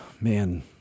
man